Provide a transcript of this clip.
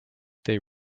they